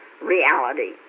reality